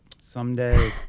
someday